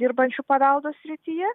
dirbančių paveldo srityje